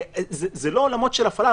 זה לא עולמות של הפעלה.